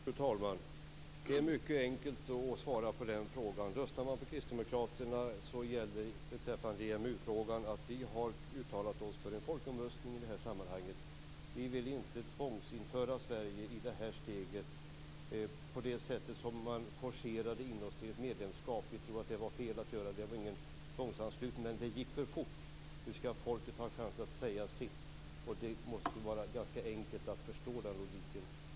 Fru talman! Det är mycket enkelt att svara på den frågan. Röstar man på Kristdemokraterna så gäller beträffande EMU-frågan att vi har uttalat oss för en folkomröstning i det här sammanhanget. Vi vill inte tvångsinföra Sverige i det här steget på det sättet som man forcerade in oss i ett medlemskap. Vi tror att det var fel att göra det. Det var ingen tvångsanslutning, men det gick för fort. Nu skall folket ha en chans att säga sitt. Det måste vara ganska enkelt att förstå den logiken.